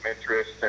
interest